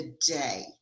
today